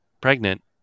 pregnant